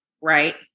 Right